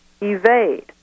evade